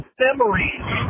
memories